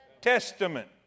Testament